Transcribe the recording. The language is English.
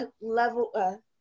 level